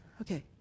okay